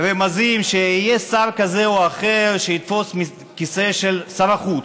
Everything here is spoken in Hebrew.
רמזים שיהיה שר כזה או אחר שיתפוס את הכיסא של שר החוץ.